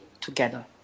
together